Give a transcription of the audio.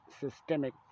systemic